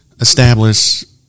establish –